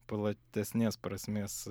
platesnės prasmės